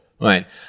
Right